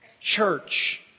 church